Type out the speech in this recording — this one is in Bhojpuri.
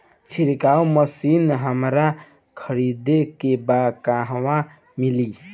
छिरकाव मशिन हमरा खरीदे के बा कहवा मिली?